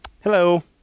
Hello